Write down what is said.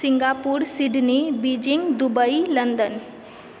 Singapore Sydney Beijing Dubai London